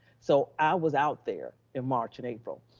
so i was out there in march and april.